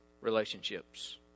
relationships